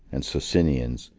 and socinians,